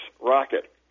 rocket